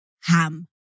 Ham